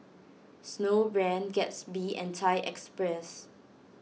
Snowbrand Gatsby and Thai Express